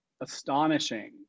astonishing